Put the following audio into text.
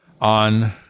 on